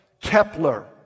Kepler